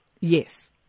Yes